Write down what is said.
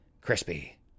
Crispy